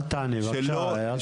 אל תעני בבקשה אל תעני, את לא עונה.